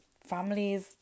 families